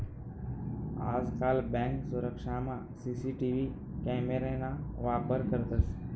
आजकाल बँक सुरक्षामा CCTV camera ना वापर करतंस